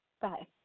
Bye